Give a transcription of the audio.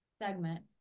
segment